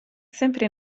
sempre